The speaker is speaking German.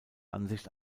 ansicht